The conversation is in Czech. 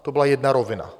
To byla jedna rovina.